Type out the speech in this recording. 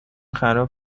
خراب